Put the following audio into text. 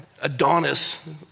adonis